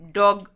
dog